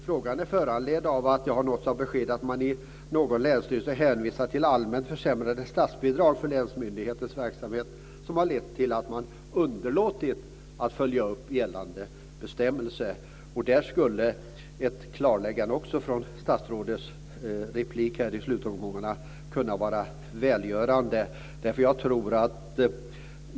Frågan är föranledd av att jag har nåtts av besked att man i någon länsstyrelse hänvisat till allmänt försämrade statsbidrag för länsmyndighetens verksamhet, något som har lett till att man har underlåtit att följa upp gällande bestämmelse. Också därvidlag skulle ett klarläggande från statsrådet i hans replik i slutomgången kunna vara välgörande.